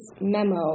memo